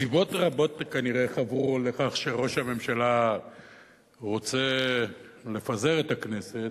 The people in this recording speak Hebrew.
סיבות רבות כנראה חברו לכך שראש הממשלה רוצה לפזר את הכנסת.